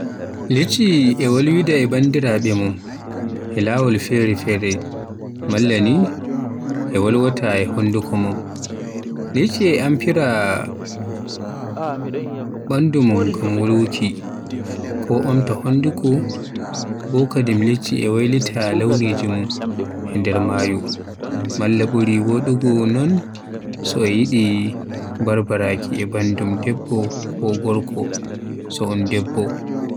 Liɗɗi e wolwida e bandiraaɓe mun e laawol fere-fere, malla ni wolwaata e honduko mun. Liɗɗi e amfira ɓandu min ngam wolwuki, ko omta honduko, bo Kadim liɗɗi e wayliti launiji mum e nder maayo, malla ɓuri waduki non so e yiɗi barbaraaki e bandum debbo ko gorko so un debbo.